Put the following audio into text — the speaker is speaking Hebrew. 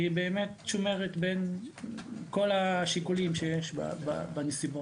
והיא באמת שומרת על כל השיקולים שיש בנסיבות.